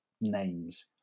names